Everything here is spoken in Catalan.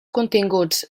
continguts